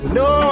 no